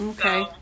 Okay